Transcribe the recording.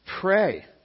pray